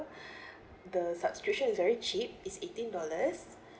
the subscription is very cheap it's eighteen dollars